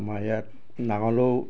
আমাৰ ইয়াত নাঙলেও